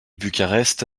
bucarest